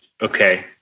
Okay